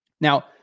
Now